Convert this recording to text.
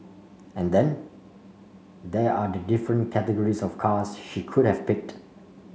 and then there are the different categories of cars she could have picked